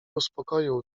uspokoił